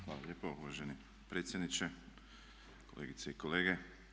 Hvala lijepo uvaženi predsjedniče, kolegice i kolege.